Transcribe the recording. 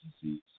disease